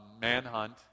manhunt